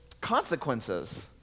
consequences